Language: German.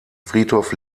friedhof